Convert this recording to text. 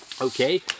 Okay